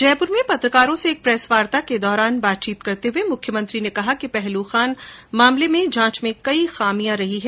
जयपुर में पत्रकारों से एक प्रेसवार्ता के दौरान पत्रकारों से बातचीत करते हुये मुख्यमंत्री ने कहा कि पहलू खान मामले में जांच में कई खामियां रही है